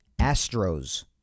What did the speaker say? Astros